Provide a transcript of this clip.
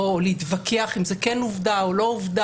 או להתווכח אם זה כן עובדה או לא עובדה,